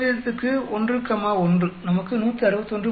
95 க்கு 1 கமா 1 நமக்கு 161